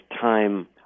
time